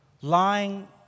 lying